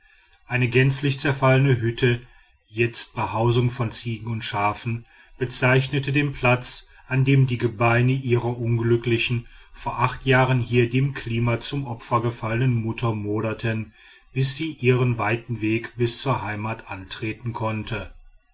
eine gänzlich zerfallene hütte jetzt behausung von ziegen und schafen bezeichnete den platz an dem die gebeine ihrer unglücklichen vor acht jahren hier dem klima zum opfer gefallenen mutter moderten bis sie ihren weiten weg bis zur heimat antreten konnten